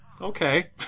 Okay